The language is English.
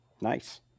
nice